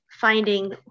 finding